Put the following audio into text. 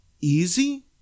easy